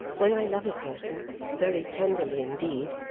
when i love a person very tenderly indeed,